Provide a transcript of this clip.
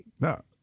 No